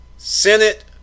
Senate